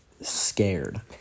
scared